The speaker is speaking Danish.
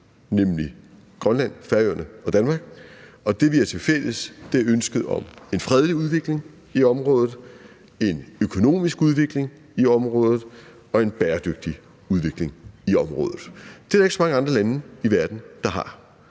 nemlig Grønland, Færøerne og Danmark, og det, vi har tilfælles, er ønsket om en fredelig udvikling i området, en økonomisk udvikling i området og en bæredygtig udvikling i området. Det er der ikke så mange andre lande i verden der har.